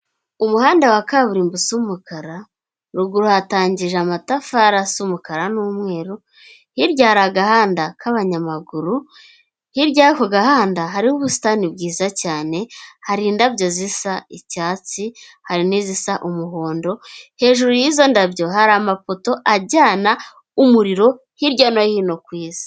Umuhanda wa kaburimbo usa umukara, ruguru hatangije amatafari asa umukara n'umweru, hirya hari agahanda k'abanyamaguru, hirya y'ako gahanda hariho ubusitani bwiza cyane, hari indabyo zisa icyatsi, hari n'izisa umuhondo, hejuru y'izo ndabyo hari amapoto ajyana umuriro hirya no hino ku Isi.